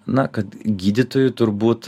na kad gydytojui turbūt